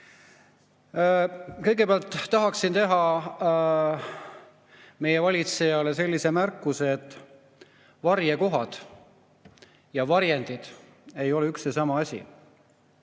Kõigepealt tahan teha meie valitsejale sellise märkuse, et varjekohad ja varjendid ei ole üks ja sama asi.